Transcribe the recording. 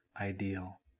ideal